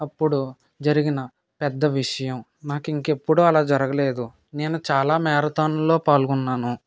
అప్పుడు జరిగిన పెద్ద విషయం నాకు ఇంకెప్పుడూ అలా జరగలేదు నేను చాలా మ్యారథాన్లో పాల్గొన్నాను